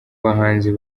bahanzi